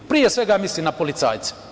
Pre svega mislim na policajce.